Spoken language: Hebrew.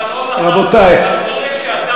אתה לא לחצת כלום,